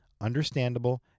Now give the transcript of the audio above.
understandable